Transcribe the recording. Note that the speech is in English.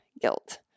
guilt